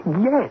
Yes